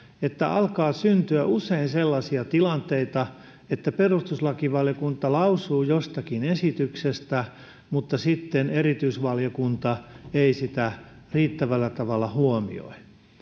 että alkaa syntyä usein sellaisia tilanteita että perustuslakivaliokunta lausuu jostakin esityksestä mutta sitten erityisvaliokunta ei sitä riittävällä tavalla huomioi